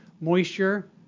moisture